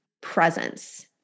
presence